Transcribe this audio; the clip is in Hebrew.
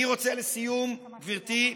אני רוצה לסיום, גברתי,